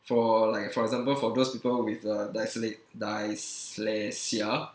for like for example for those people with uh dysle~ dyslexia